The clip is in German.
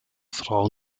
frau